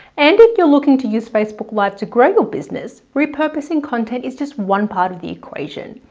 and if you're looking to use facebook live to grow your business, repurposing content is just one part of the equation.